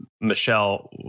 Michelle